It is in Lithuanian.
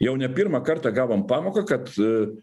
jau ne pirmą kartą gavom pamoką kad